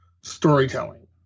storytelling